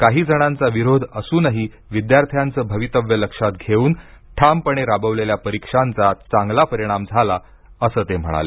काही जणांचा विरोध असूनही विद्यार्थ्यांचं भवितव्य लक्षात घेऊन ठामपणे राबवलेल्या परीक्षांचा चांगला परिणाम झाला असं ते म्हणाले